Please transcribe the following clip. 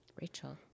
Rachel